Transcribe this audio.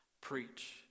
Preach